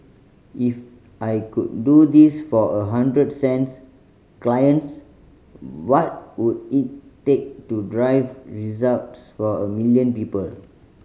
if I could do this for a hundred cents clients what would it take to drive results for a million people